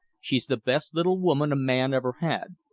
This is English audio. she's the best little woman a man ever had,